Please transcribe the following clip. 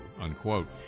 unquote